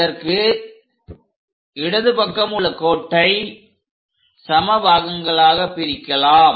அதற்கு இடது பக்கம் உள்ள கோட்டை சம பாகங்களாக பிரிக்கலாம்